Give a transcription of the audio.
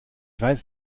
weiß